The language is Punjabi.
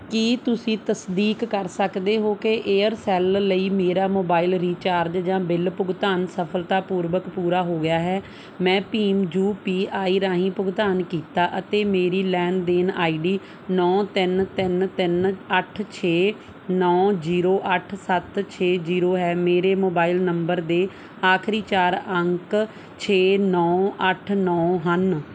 ਕੀ ਤੁਸੀਂ ਤਸਦੀਕ ਕਰ ਸਕਦੇ ਹੋ ਕਿ ਏਅਰਸੈਲ ਲਈ ਮੇਰਾ ਮੋਬਾਈਲ ਰੀਚਾਰਜ ਜਾਂ ਬਿੱਲ ਭੁਗਤਾਨ ਸਫਲਤਾਪੂਰਵਕ ਪੂਰਾ ਹੋ ਗਿਆ ਹੈ ਮੈਂ ਭੀਮ ਯੂ ਪੀ ਆਈ ਰਾਹੀਂ ਭੁਗਤਾਨ ਕੀਤਾ ਅਤੇ ਮੇਰੀ ਲੈਣ ਦੇਣ ਆਈ ਡੀ ਨੌਂ ਤਿੰਨ ਤਿੰਨ ਤਿੰਨ ਅੱਠ ਛੇ ਨੌਂ ਜ਼ੀਰੋ ਅੱਠ ਸੱਤ ਛੇ ਜ਼ੀਰੋ ਹੈ ਮੇਰੇ ਮੋਬਾਈਲ ਨੰਬਰ ਦੇ ਆਖਰੀ ਚਾਰ ਅੰਕ ਛੇ ਨੌਂ ਅੱਠ ਨੌਂ ਹਨ